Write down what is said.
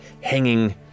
hanging